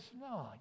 no